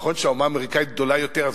נכון שהאומה האמריקנית גדולה יותר,